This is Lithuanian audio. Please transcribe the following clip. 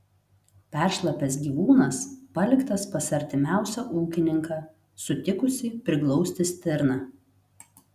peršlapęs gyvūnas paliktas pas artimiausią ūkininką sutikusį priglausti stirną